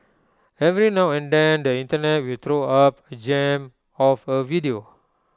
every now and then the Internet will throw up A gem of A video